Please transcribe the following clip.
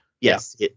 yes